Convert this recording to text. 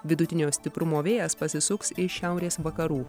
vidutinio stiprumo vėjas pasisuks iš šiaurės vakarų